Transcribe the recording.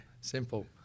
simple